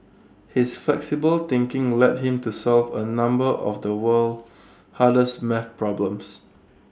his flexible thinking led him to solve A number of the world's hardest math problems